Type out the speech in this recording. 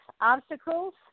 obstacles